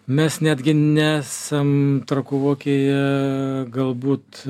mes netgi nesam trakų vokėje galbūt